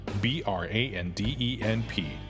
B-R-A-N-D-E-N-P